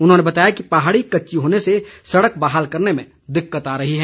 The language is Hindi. उन्होंने बताया कि पहाड़ी कच्ची होने से सड़क बहाल करने में दिक्कत आ रही है